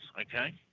Okay